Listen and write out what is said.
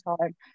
time